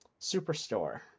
Superstore